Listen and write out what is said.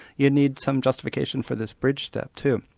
you need some justification for this bridge step, too.